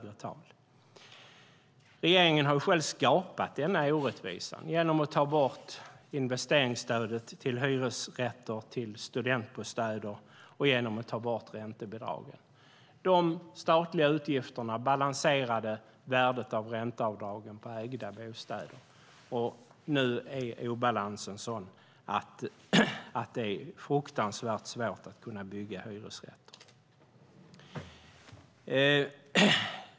Regeringen har själv skapat denna orättvisa genom att ta bort investeringsstödet till hyresrätter och studentbostäder och genom att ta bort räntebidragen. De statliga utgifterna balanserade värdet av ränteavdragen på ägda bostäder. Nu är obalansen sådan att det är fruktansvärt svårt att bygga hyresrätter.